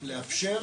לאפשר